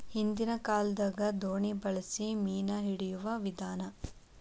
ಹಿಂದಿನ ಕಾಲದಾಗ ದೋಣಿ ಬಳಸಿ ಮೇನಾ ಹಿಡಿಯುವ ವಿಧಾನಾ